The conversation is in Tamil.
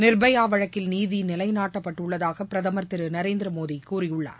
நிர்பயா வழக்கில் நீதி நிலைநாட்டப்பட்டுள்ளதாக பிரதமர் திரு நரேந்திர மோடி கூறியுள்ளார்